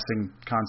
concept